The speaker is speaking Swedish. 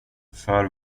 för